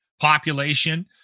population